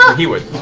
he would.